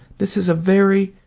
this is a very,